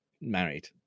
married